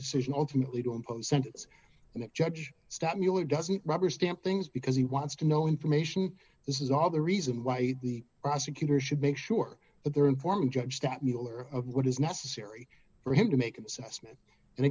decision ultimately to impose sentence and that judge stop mueller doesn't rubber stamp things because he wants to know information this is all the reason why the prosecutor should make sure that they're informed judge that mueller of what is necessary for him to make an assessment and